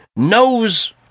Knows